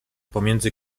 pomiędzy